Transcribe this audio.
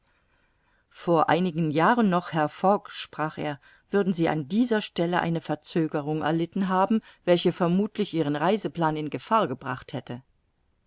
vor einigen jahren noch herr fogg sprach er würden sie an dieser stelle eine verzögerung erlitten haben welche vermuthlich ihren reiseplan in gefahr gebracht hätte